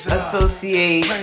associate